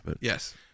Yes